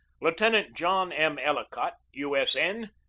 lieutenant john m. ellicott, u. s. n,